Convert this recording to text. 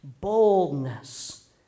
boldness